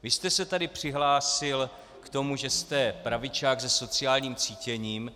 Vy jste se tady přihlásil k tomu, že jste pravičák se sociálním cítěním.